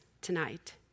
tonight